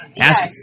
Ask